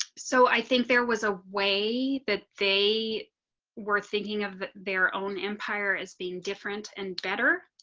so i think there was a way that they were thinking of their own empire as being different and better